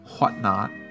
whatnot